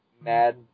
Mad